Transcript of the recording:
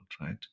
right